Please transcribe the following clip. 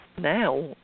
now